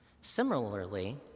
Similarly